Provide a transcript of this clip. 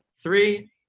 three